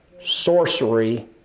sorcery